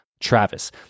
Travis